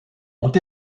ont